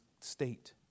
state